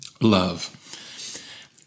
love